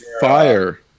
fire